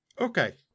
Okay